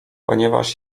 ponieważ